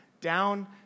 down